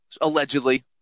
Allegedly